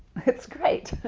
it's great!